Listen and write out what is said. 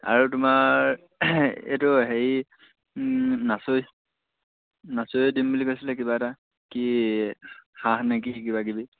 আৰু তোমাৰ এইটো হেৰি নাচুৱে নাচুৱে দিম বুলি কৈছিলে কিবা এটা কি হাঁহ নেকি কিবাকিবি